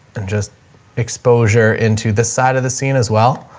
and just exposure into the side of the scene as well